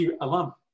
alum